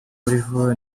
uriho